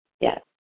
yes